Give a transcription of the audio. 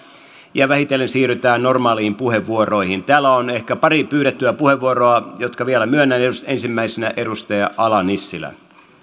ja vähitellen siirrytään normaaleihin puheenvuoroihin täällä on pari pyydettyä puheenvuoroa jotka vielä myönnän ensimmäisenä edustaja ala nissilä arvoisa